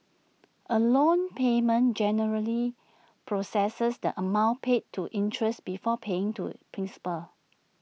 A loan payment generally processes the amount paid to interest before paying to principal